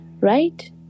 right